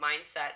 mindset